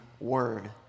Word